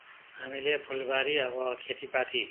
हामीले फुलबारी अब खेतीपाती